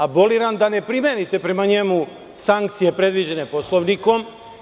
Aboliran je da ne primenite prema njemu sankcije predviđene Poslovnikom.